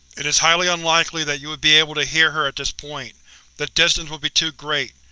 it is highly unlikely that you would be able to hear her at this point the distance would be too great.